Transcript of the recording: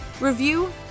review